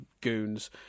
goons